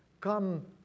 come